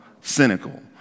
cynical